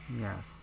Yes